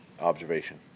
observation